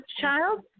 child